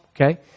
okay